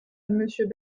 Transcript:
monsieur